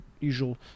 usual